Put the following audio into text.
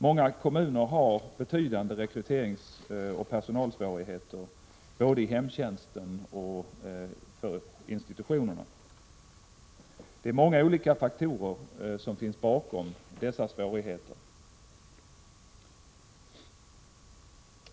Många kommuner har betydande rekryteringsoch personalsvårigheter när det gäller både hemtjänsten och institutionerna. Det är många olika faktorer som ligger bakom dessa svårigheter.